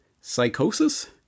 psychosis